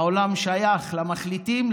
העולם שייך למחליטים,